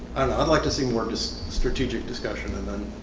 i'd like to see we're just strategic discussion and then